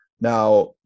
Now